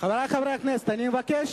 אני מבקש